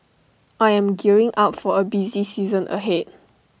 I am gearing up for A busy season ahead